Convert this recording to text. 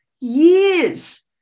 years